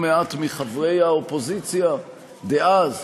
גם לא מעט מחברי האופוזיציה דאז